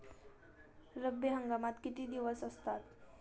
रब्बी हंगामात किती दिवस असतात?